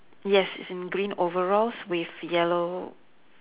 yes he's in green overalls with yellow